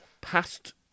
past